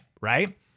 right